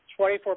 24